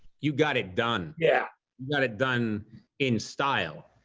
you got it done. yeah you got it done in style.